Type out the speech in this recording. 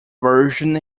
version